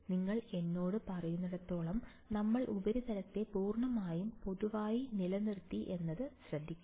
നിങ്ങൾ എന്നോട് പറയുന്നിടത്തോളം നമ്മൾ ഉപരിതലത്തെ പൂർണ്ണമായും പൊതുവായി നിലനിർത്തി എന്നത് ശ്രദ്ധിക്കുക